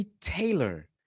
Taylor